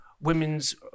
women's